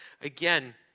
again